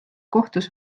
kohtus